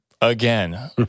Again